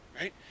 right